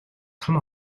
том